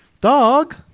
dog